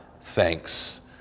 thanks